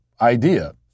idea